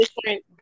different